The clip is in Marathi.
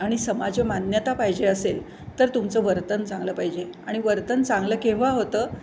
आणि समाजमान्यता पाहिजे असेल तर तुमचं वर्तन चांगलं पाहिजे आणि वर्तन चांगलं केव्हा होतं